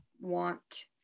want